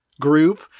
group